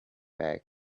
bag